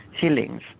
healings